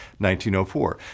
1904